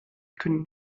können